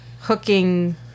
hooking